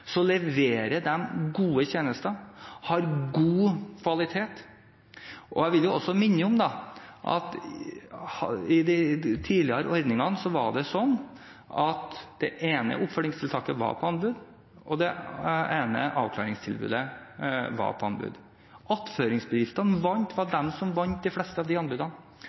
leverer de gode tjenester, av god kvalitet. Jeg vil også minne om at i de tidligere ordningene var det sånn at det ene oppfølgingstiltaket var på anbud, og det ene avklaringstilbudet var på anbud. Attføringsbistand vant de fleste anbudene, noe som